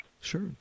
Sure